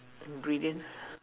ingredients